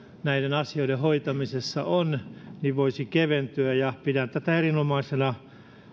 näiden asioiden hoitamisessa on voisi keventyä pidän tätä erinomaisena